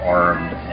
armed